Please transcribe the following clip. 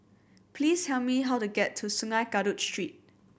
please tell me how to get to Sungei Kadut Street